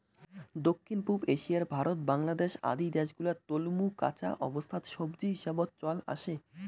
দক্ষিণ পুব এশিয়ার ভারত, বাংলাদ্যাশ আদি দ্যাশ গুলাত তলমু কাঁচা অবস্থাত সবজি হিসাবত চল আসে